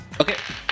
Okay